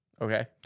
Okay